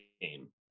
game